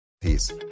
peace